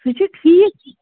سُہ چھُ ٹھیٖک